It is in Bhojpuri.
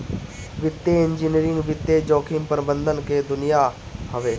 वित्तीय इंजीनियरिंग वित्तीय जोखिम प्रबंधन के दुनिया हवे